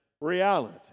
reality